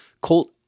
Colt